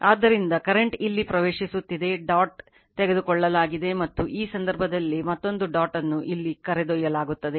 ಆದ್ದರಿಂದ ಕರೆಂಟ್ ಇಲ್ಲಿ ಪ್ರವೇಶಿಸುತ್ತಿದೆ ಡಾಟ್ ತೆಗೆದುಕೊಳ್ಳಲಾಗಿದೆ ಮತ್ತು ಈ ಸಂದರ್ಭದಲ್ಲಿ ಮತ್ತೊಂದು ಡಾಟ್ ಅನ್ನು ಇಲ್ಲಿ ಕರೆದೊಯ್ಯಲಾಗುತ್ತದೆ